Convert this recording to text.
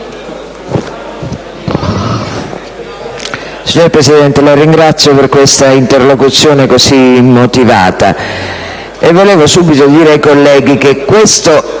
Signor Presidente, la ringrazio per questa interlocuzione così motivata.